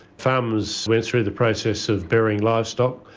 farmers went through the process of burying livestock,